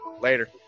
Later